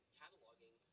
cataloging